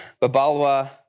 Babalwa